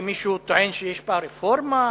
שמישהו טוען שיש בה רפורמה,